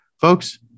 folks